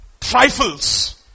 trifles